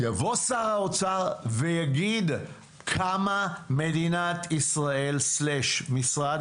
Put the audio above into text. יבוא שר האוצר ויגיד כמה מדינת ישראל/ משרד